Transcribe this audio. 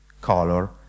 color